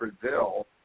Brazil